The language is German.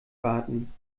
warten